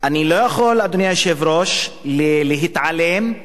להתעלם מכך שיש כאלה פוליטיקאים.